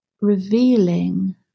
revealing